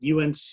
UNC